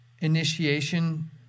initiation